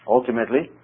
Ultimately